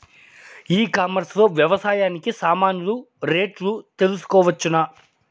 ఈ కామర్స్ లో వ్యవసాయానికి సామాన్లు రేట్లు తెలుసుకోవచ్చునా?